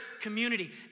community